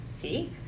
see